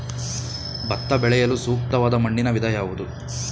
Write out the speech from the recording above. ಭತ್ತ ಬೆಳೆಯಲು ಸೂಕ್ತವಾದ ಮಣ್ಣಿನ ವಿಧ ಯಾವುದು?